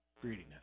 greediness